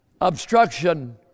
obstruction